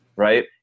Right